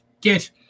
get